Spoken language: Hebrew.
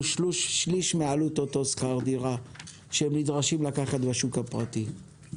שליש מעלות אותו שכר דירה שנדרשים לקחת בשוק הפרטי.